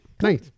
Nice